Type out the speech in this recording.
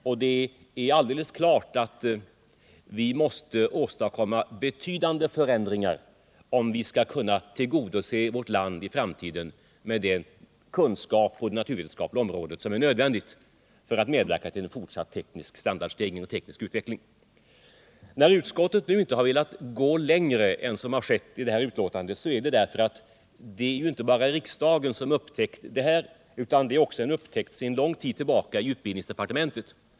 Betydande förändringar måste ske om vi för framtiden skall kunna tillgodose vårt land med den kunskap på det naturvetenskapliga området som är nödvändig för att medverka till en fortsatt teknisk standardstegring och teknisk utveckling. När nu utskottet inte har velat gå längre än det har gjort i sitt betänkande, så är det därför att man har observerat dessa förhållanden inte bara i riksdagen utan också sedan lång tid tillbaka i utbildningsdepartementet.